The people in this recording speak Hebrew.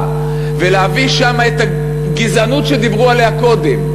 ולהביא שם את הגזענות שדיברו עליה קודם,